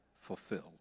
fulfilled